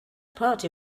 party